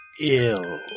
ill